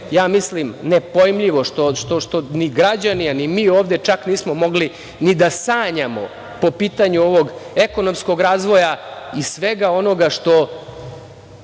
ono što je nepojmljivo, što ni građani a ni mi ovde čak nismo mogli ni da sanjamo, po pitanju ovog ekonomskog razvoja i svega onoga što